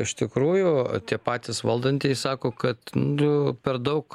iš tikrųjų tie patys valdantieji sako kad nu per daug